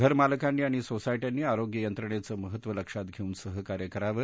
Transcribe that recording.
घरमालकांनी आणि सोसायट्यांनी आरोग्य यंत्रणेचं महत्व लक्षात घेऊन सहकार्य करावं